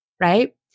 right